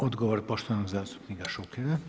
Odgovor poštovanog zastupnika Šukera.